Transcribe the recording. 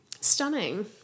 Stunning